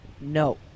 No